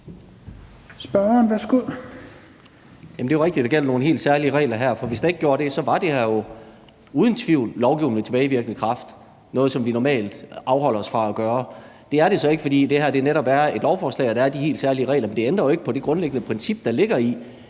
Det er jo rigtigt, at der gælder nogle helt særlige regler her, for hvis der ikke gjorde det, var det her jo uden tvivl lovgivning med tilbagevirkende kraft – noget, som vi normalt afholder os fra at gøre. Det er det så ikke, fordi det her netop er et lovforslag og der er de helt særlige regler. Men det ændrer jo ikke på det grundlæggende princip, der ligger i,